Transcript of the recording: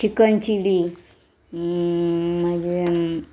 chicken chilli मागी